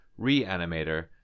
Reanimator